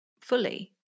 fully